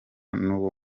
n’uwo